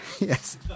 Yes